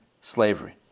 slavery